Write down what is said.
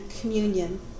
communion